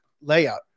layout